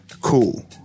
cool